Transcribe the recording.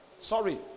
sorry